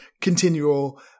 continual